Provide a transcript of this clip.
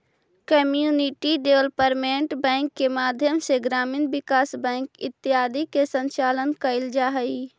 community development bank के माध्यम से ग्रामीण विकास बैंक इत्यादि के संचालन कैल जा हइ